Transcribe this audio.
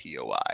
TOI